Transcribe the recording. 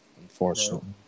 Unfortunately